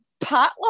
potluck